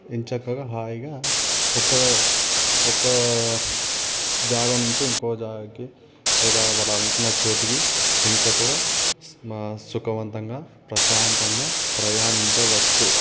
ఎంచక్కగా హాయిగా ఒక ఒకా జాగా నుంచి ఇంకో జాగాకి లేదా వాళ్ళు అనుకున్న చోటికి ఎంచక్కగా సుఖవంతంగా ప్రశాంతంగా ప్రయాణించవచ్చు